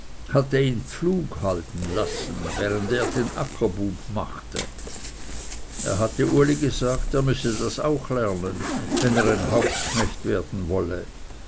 hatte ihn pflug halten lassen während er den ackerbub machte er hatte uli gesagt er müsse das auch lernen wenn er ein hauptknecht werden wolle